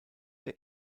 der